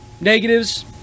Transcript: negatives